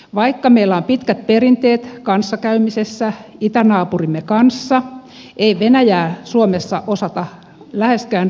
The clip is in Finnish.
vaikka meillä on pitkät perinteet kanssakäymisessä itänaapurimme kanssa ei venäjää suomessa osata läheskään riittävästi